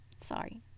Sorry